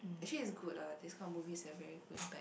actually is good ah these kind of movies are very good impact